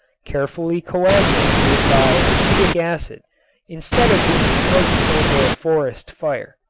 carefully coagulated by acetic acid instead of being smoked over a forest fire.